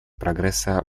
прогресса